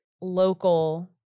local